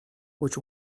which